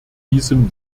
diesem